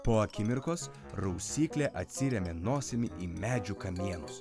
po akimirkos rausyklė atsirėmė nosimi į medžių kamienus